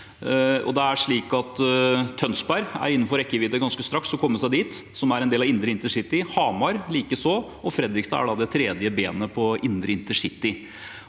Tønsberg er innenfor rekkevidde, og man kan ganske straks komme seg dit. Det er en del av indre intercity, Hamar likeså, og Fredrikstad er da det tredje benet på indre intercity.